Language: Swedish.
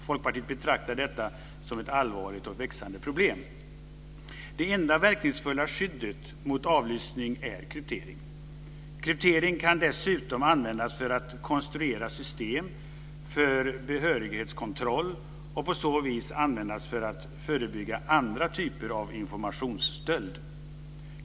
Folkpartiet betraktar detta som ett allvarligt och växande problem. Det enda verkningsfulla skyddet mot avlyssning är kryptering. Kryptering kan dessutom användas för att konstruera system för behörighetskontroll och på så vis användas för att förebygga andra typer av informationsstöld.